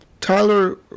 Tyler